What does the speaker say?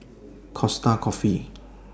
Costa Coffee